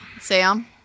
Sam